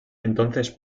entonces